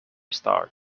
start